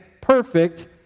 Perfect